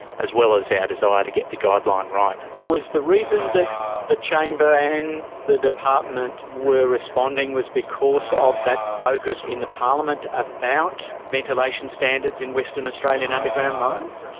as well as our yeah desire to get the guideline right. was the reason that the chamber and the department were responding was because ah of that focus in the parliament about ventilations standards in western australian underground mines?